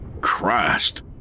Christ